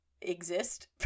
exist